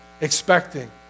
expecting